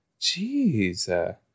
Jeez